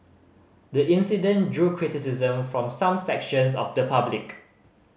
the incident drew criticism from some sections of the public